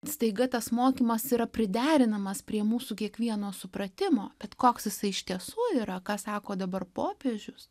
staiga tas mokymas yra priderinamas prie mūsų kiekvieno supratimo bet koks jisai iš tiesų yra ką sako dabar popiežius